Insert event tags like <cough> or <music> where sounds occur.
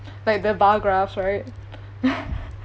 like the biographs right <laughs>